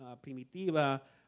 primitiva